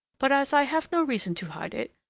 but as i have no reason to hide it,